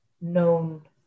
known